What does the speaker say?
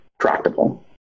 tractable